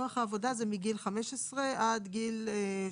כוח העבודה זה מגיל 15 ועד גיל הפרישה.